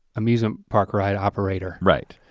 amusement park ride operator. right?